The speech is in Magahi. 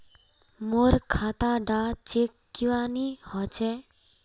मोर खाता डा चेक क्यानी होचए?